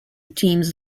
teams